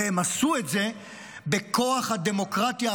והם עשו את זה בכוח הדמוקרטיה,